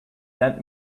lend